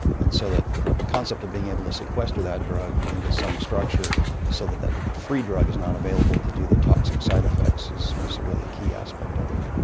and so the concept of being able to sequester that drug into some structure so that that free drug is not available to do the toxic side effects was a really key aspect of it.